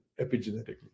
epigenetically